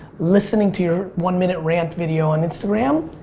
listening to your one minute rant video on instagram,